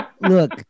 Look